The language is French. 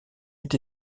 est